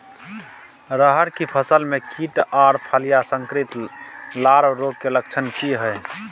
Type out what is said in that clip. रहर की फसल मे कीट आर फलियां संक्रमित लार्वा रोग के लक्षण की हय?